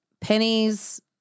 pennies